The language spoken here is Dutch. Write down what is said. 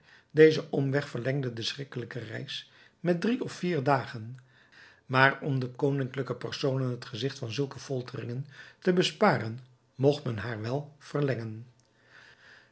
deze omweg verlengde de schrikkelijke reis met drie of vier dagen maar om de koninklijke personen het gezicht van zulke folteringen te besparen mocht men haar wel verlengen